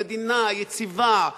המדינה היציבה,